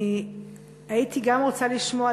אני הייתי גם רוצה לשמוע,